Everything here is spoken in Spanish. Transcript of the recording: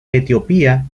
etiopía